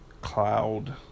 cloud